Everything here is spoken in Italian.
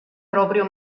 proprio